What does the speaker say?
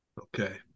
Okay